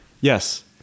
Yes